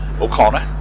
O'Connor